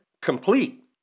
complete